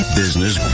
business